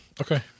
Okay